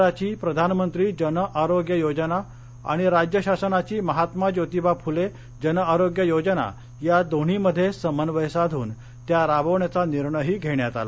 केंद्राची प्रधानमंत्री जन आरोग्य योजना आणि राज्य शासनाची महात्मा ज्योतिबा फुले जन आरोग्य योजना या दोन्हीमध्ये समन्वय साधून त्या राबवण्याचा निर्णयही घेण्यात आला